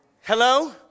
hello